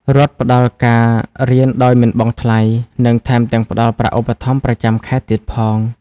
រដ្ឋផ្ដល់ការរៀនដោយមិនបង់ថ្លៃ និងថែមទាំងផ្ដល់ប្រាក់ឧបត្ថម្ភប្រចាំខែទៀតផង។